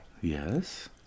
Yes